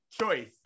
choice